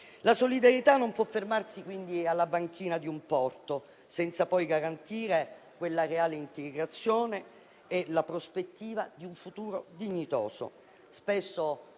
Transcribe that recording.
La solidarietà non può fermarsi, quindi, alla banchina di un porto senza poi garantire quella reale integrazione e la prospettiva di un futuro dignitoso.